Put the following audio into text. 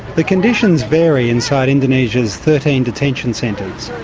the conditions vary inside indonesia's thirteen detention centres.